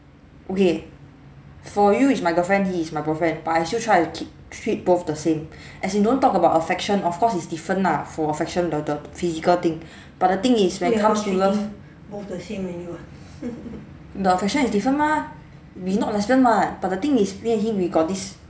okay for you is my girlfriend he is my boyfriend but I still try to keep t~ treat both the same as in don't talk about affection of course is different lah for affection the the physical thing but the thing is when it comes to love but affection is different mah we not lesbian [what] but the thing is me and him we got this